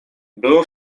było